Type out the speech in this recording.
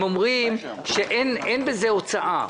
הם אומרים שאין בזה הוצאה.